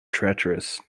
treacherous